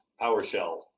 PowerShell